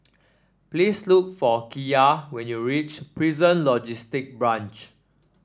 please look for Kiya when you reach Prison Logistic Branch